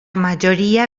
majoria